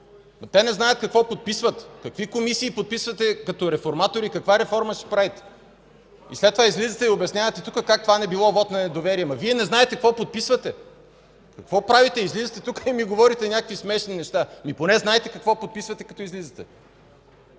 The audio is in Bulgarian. Те не знаят какво подписват. Какви комисии подписвате като реформатори, каква реформа ще правите? След това излизате и обяснявате тук как това не било вот на недоверие – Вие не знаете какво подписвате! Какво правите? Излизате тук и ни говорите някакви смешни неща. Поне знайте какво подписвате, като излизате.